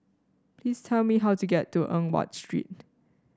please tell me how to get to Eng Watt Street